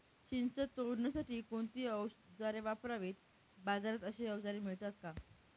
चिंच तोडण्यासाठी कोणती औजारे वापरावीत? बाजारात अशी औजारे मिळतात का?